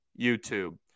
YouTube